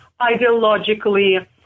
ideologically